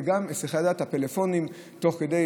זה גם היסח הדעת: הפלאפונים תוך כדי,